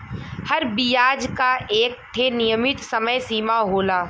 हर बियाज क एक ठे नियमित समय सीमा होला